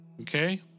Okay